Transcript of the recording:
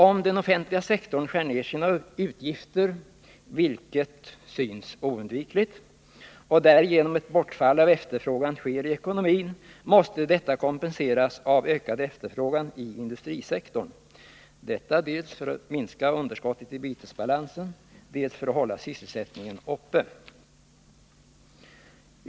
Om den offentliga sektorn skär ner sina utgifter — vilket synes oundvikligt — och därigenom ett bortfall av efterfrågan sker i ekonomin måste detta nämligen kompenseras genom en ökad efterfrågan inom industrisektorn; detta dels för att minska underskottet i bytesbalansen, dels för att hålla sysselsättningen uppe.